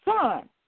son